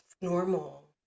normal